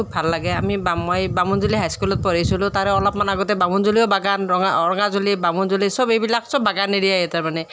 খুব ভাল লাগে আমি মই বামুণজুলি হাইস্কুলত পঢ়িছিলোঁ তাৰে অলপমান আগতে বামুণজুলিও বাগান ৰঙাজুলি বামুণজুলি সব এইবিলাক সব বাগান এৰিয়াই তাৰমানে